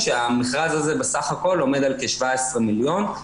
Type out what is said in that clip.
כשהמכרז הזה בסך הכול עומד על כ-17 מיליון.